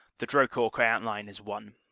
the dro court-queant line is won.